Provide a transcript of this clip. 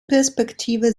perspektive